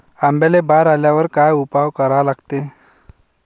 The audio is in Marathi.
आंब्याले बार आल्यावर काय उपाव करा लागते?